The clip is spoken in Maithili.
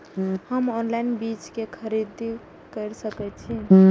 हम ऑनलाइन बीज के खरीदी केर सके छी?